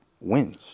wins